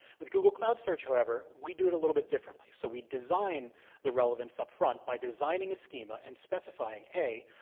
with google cloud search, however, we do it a little bit differently. so we design the relevance upfront by designing a schema and specifying, a,